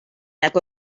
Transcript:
nag